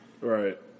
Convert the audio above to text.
Right